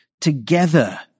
together